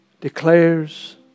declares